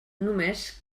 només